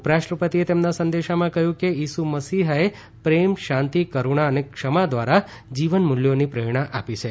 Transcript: ઉપરાષ્ટ્રપતિએ તેમના સંદેશમાં કહ્યું કે ઈસુ મસીહાએ પ્રેમ શાંતિ કરુણા અને ક્ષમા દ્વારા જીવનમૂલ્યોની પ્રેરણા આપી છે